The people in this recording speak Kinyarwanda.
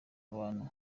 abantu